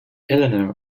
eleanor